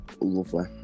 lovely